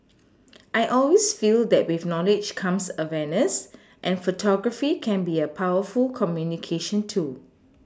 I always feel that with knowledge comes awareness and photography can be a powerful communication tool